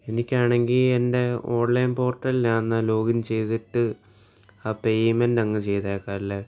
എനിക്കാണെങ്കില് എൻ്റെ ഓൺലൈൻ പോർട്ടലിലാന്നല്ലോ ലോഗിൻ ചെയ്തിട്ട് ആ പെയ്മെൻറ്റ് അങ്ങ് ചെയ്തേക്കാം അല്ലേ